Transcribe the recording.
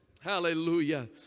Hallelujah